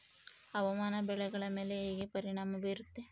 ಹವಾಮಾನ ಬೆಳೆಗಳ ಮೇಲೆ ಹೇಗೆ ಪರಿಣಾಮ ಬೇರುತ್ತೆ?